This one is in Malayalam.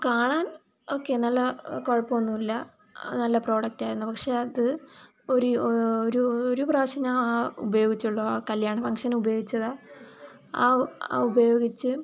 കാണാൻ ഓക്കെ നല്ല കുഴപ്പം ഒന്നും ഇല്ല നല്ല പ്രൊഡക്റ്റ് ആയിരുന്നു പക്ഷെ അത് ഒരു ഒരു ഒരു പ്രാവശ്യം ഞാൻ ഉപയോഗിച്ചുള്ളൂ ആ കല്യാണ ഫങ്ഷന് ഉപയോഗിച്ചതാ ആ ആ ഉപയോഗിച്ച്